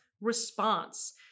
response